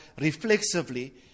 reflexively